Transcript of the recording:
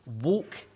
walk